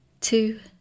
two